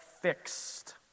fixed